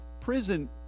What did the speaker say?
prison